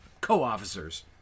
co-officers